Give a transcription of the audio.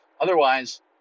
Otherwise